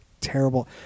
terrible